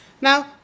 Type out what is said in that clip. Now